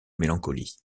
mélancolie